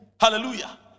Hallelujah